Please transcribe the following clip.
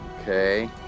Okay